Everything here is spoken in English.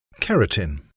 Keratin